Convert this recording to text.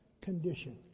condition